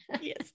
Yes